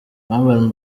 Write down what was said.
urban